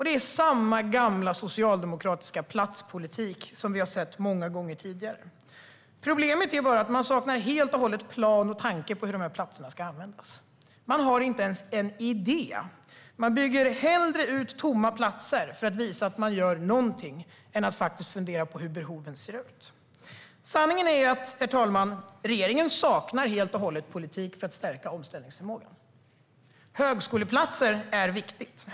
Det är samma gamla socialdemokratiska platspolitik som vi har sett många gånger tidigare. Problemet är bara att man helt och hållet saknar plan och tanke för hur de här platserna ska användas. Man har inte ens en idé. Man bygger hellre ut tomma platser för att visa att man gör någonting än att faktiskt fundera på hur behoven ser ut. Sanningen är, herr talman, att regeringen helt och hållet saknar politik för att stärka omställningsförmågan. Högskoleplatser är viktigt.